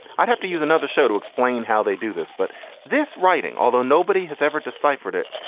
i'd have to use another show to explain how they do this but this writing, although nobody has ever deciphered it,